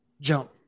jump